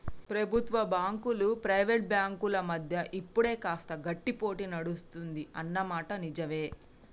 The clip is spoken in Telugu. ప్రభుత్వ బ్యాంకులు ప్రైవేట్ బ్యాంకుల మధ్య ఇప్పుడు కాస్త గట్టి పోటీ నడుస్తుంది అన్న మాట నిజవే